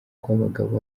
kw’abagabo